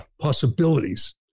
possibilities